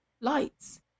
lights